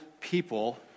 people